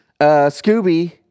Scooby